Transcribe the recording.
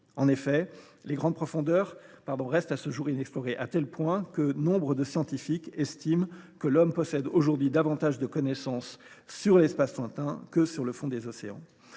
marines. Les grandes profondeurs restent à ce jour presque totalement inexplorées, à tel point que nombre de scientifiques estiment que l’homme possède aujourd’hui davantage de connaissances sur l’espace lointain que sur le fond des océans.